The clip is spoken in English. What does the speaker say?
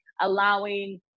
allowing